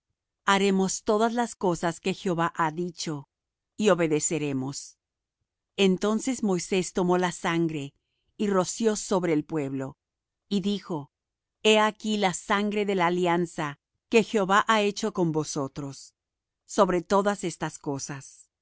haremos todas las cosas que jehová ha dicho y obedeceremos entonces moisés tomó la sangre y roció sobre el pueblo y dijo he aquí la sangre de la alianza que jehová ha hecho con vosotros sobre todas estas cosas